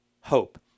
hope